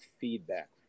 feedback